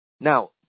Now